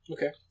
Okay